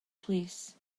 plîs